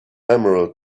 emerald